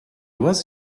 was